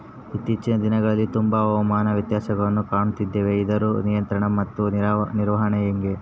ಇತ್ತೇಚಿನ ದಿನಗಳಲ್ಲಿ ತುಂಬಾ ಹವಾಮಾನ ವ್ಯತ್ಯಾಸಗಳನ್ನು ಕಾಣುತ್ತಿದ್ದೇವೆ ಇದರ ನಿಯಂತ್ರಣ ಮತ್ತು ನಿರ್ವಹಣೆ ಹೆಂಗೆ?